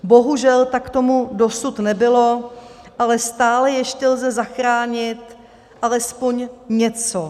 Bohužel tak tomu dosud nebylo, ale stále ještě lze zachránit alespoň něco.